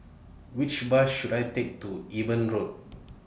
Which Bus should I Take to Eben Road